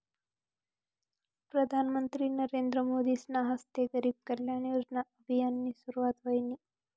प्रधानमंत्री नरेंद्र मोदीसना हस्ते गरीब कल्याण योजना अभियाननी सुरुवात व्हयनी